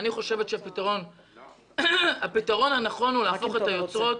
אני חושבת שהפתרון הנכון הוא להפוך את היוצרות,